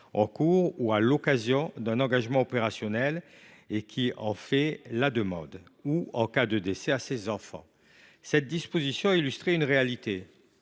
au cours ou à l’occasion d’un engagement opérationnel et qui en fait la demande », ou, en cas de décès de l’intéressé, à ses enfants. Cette disposition illustrait une réalité